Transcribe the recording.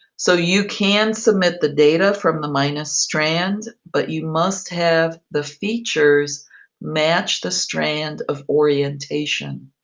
so you can submit the data from the minus strand, but you must have the features match the strand of orientation.